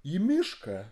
į mišką